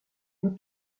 mots